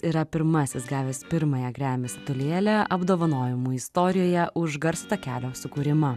yra pirmasis gavęs pirmąją grammy statulėlę apdovanojimų istorijoje už garso takelio sukūrimą